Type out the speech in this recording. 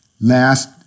last